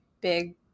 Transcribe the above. big